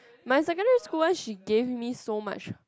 my secondary one she gave me so much